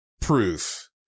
proof